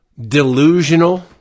delusional